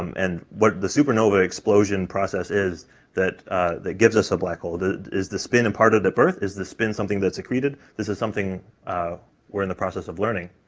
and what the supernova explosion process is that that gives us a black hole is the spin imparted at birth? is the spin something that's accreted? this is something we're in the process of learning.